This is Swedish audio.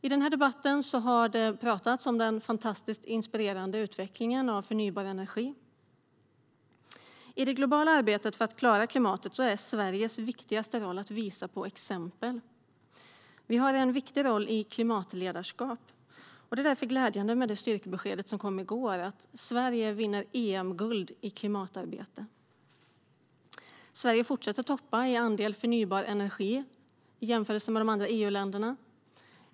I den här debatten har det talats om den inspirerande utvecklingen av förnybar energi. I det globala arbetet för att klara klimatet är Sveriges viktigaste roll att visa på exempel. Vi har en viktig roll i klimatledarskap. Därför är det glädjande med styrkebeskedet som kom i går, att Sverige vinner EM-guld i klimatarbete. Sverige fortsätter att ligga i topp när det gäller andelen förnybar energi bland EU-länderna.